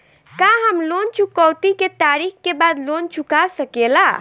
का हम लोन चुकौती के तारीख के बाद लोन चूका सकेला?